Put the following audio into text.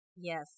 Yes